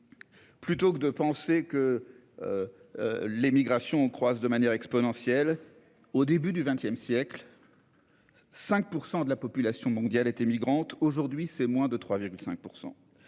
Plutôt que de penser que. L'émigration croissent de manière exponentielle. Au début du XXe siècle.-- 5% de la population mondiale était migrantes aujourd'hui c'est moins de 3,5%.